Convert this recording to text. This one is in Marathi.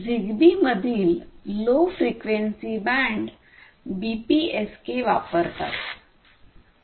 झिगबी मधील लो फ्रिक्वेन्सी बँड बीपीएसके वापरतात 2